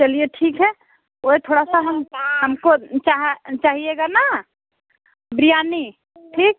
चलिए ठीक है वो ही थोड़ा सा हम हमको चाहिएगा ना बिरयानी ठीक